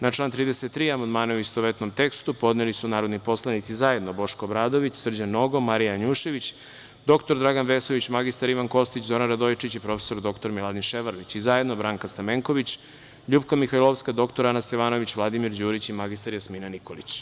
Na član 33. amandmane, u istovetnom tekstu, podneli su narodni poslanici: zajedno Boško Obradović, Srđan Nogo, Marija Janjušević, dr Dragan Vesović, mr Ivan Kostić, Zoran Radojičić i prof. dr Miladin Ševarlić i zajedno Branka Stamenković, LJupka Mihajlovska, dr Ana Stevanović, Vladimir Đurić i mr Jasmina Nikolić.